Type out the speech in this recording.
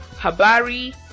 Habari